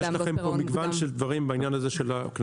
אז יש לכם פה מגוון של דברים בעניין של הקנסות.